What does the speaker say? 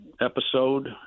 episode